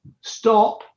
stop